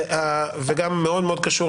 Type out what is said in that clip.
וגם מאוד מאוד קשור,